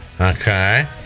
okay